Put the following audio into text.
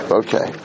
okay